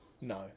No